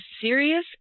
serious